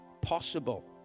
possible